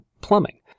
plumbing